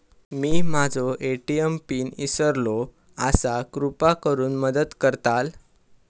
मी माझो ATM PIN इसरलो आसा कृपा करुन मदत करताल